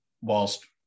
whilst